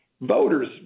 Voters